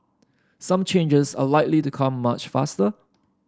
some changes are likely to come much faster